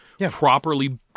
properly